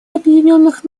объединенных